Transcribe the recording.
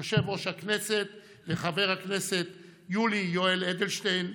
יושב-ראש הכנסת חבר הכנסת יולי יואל אדלשטיין,